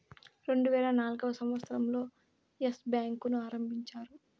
రెండువేల నాల్గవ సంవచ్చరం లో ఎస్ బ్యాంకు ను ఆరంభించారు